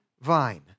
vine